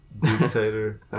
dictator